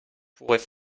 pourrait